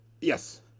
yes